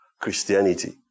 Christianity